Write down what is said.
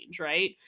Right